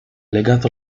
legato